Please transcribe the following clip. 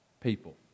people